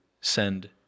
send